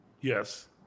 Yes